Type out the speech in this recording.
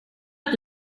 att